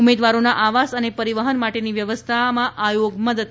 ઉમેવારોનાં આવાસ અને પરિવહન માટેની વ્યવસ્થામાં આયોગ મદદ કરશે